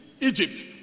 Egypt